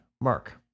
mark